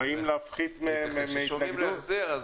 כשבאים להפחית מהם מההתנגדות --- כששומעים החזר,